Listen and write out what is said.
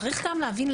צריך גם להבין,